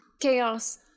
Chaos